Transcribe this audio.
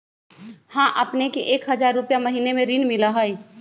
हां अपने के एक हजार रु महीने में ऋण मिलहई?